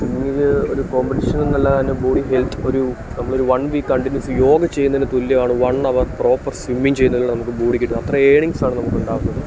swimming ഒരു കോമ്പറ്റീഷനെന്നല്ലാതെ തന്നെ ബോഡി ഹെൽത്ത് ഒരു നമ്മളൊരു വൺ വീക്ക് കണ്ടിന്യുസ് യോഗ ചെയ്യുന്നതിന് തുല്യ ആണ് വൺ അവർ പ്രോപ്പർ സ്വിമ്മിങ്ങ് ചെയ്തതിലൂടെ നമുക്ക് ബോഡിക്ക് കിട്ടുന്ന അത്ര എർണിങ്ങ്സാണ് നമുക്കുണ്ടാകുന്നത്